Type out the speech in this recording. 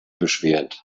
beschwert